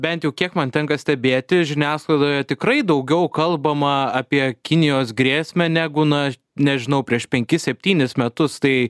bent jau kiek man tenka stebėti žiniasklaidoje tikrai daugiau kalbama apie kinijos grėsmę negu na nežinau prieš penkis septynis metus tai